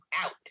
out